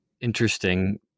interesting